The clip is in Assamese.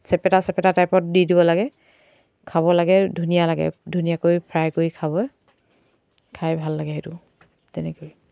চেপেটা চেপেটা টাইপত দি দিব লাগে খাব লাগে ধুনীয়া লাগে ধুনীয়াকৈ ফ্ৰাই কৰি খাব খাই ভাল লাগে সেইটো তেনেকৈয়ে